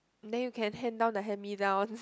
then you can hand down the hand me down